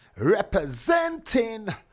Representing